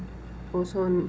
also